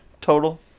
Total